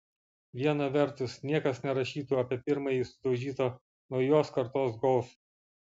viena vertus niekas nerašytų apie pirmąjį sudaužytą naujos kartos golf